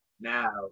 Now